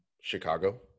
Chicago